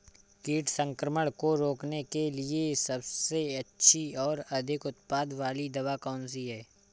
कीट संक्रमण को रोकने के लिए सबसे अच्छी और अधिक उत्पाद वाली दवा कौन सी है?